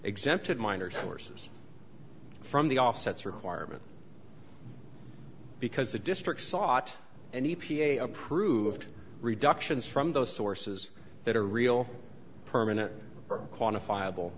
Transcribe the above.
exempted minors forces from the offsets requirement because the district sought and e p a approved reductions from those sources that are real permanent quantifiable